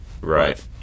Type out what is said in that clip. Right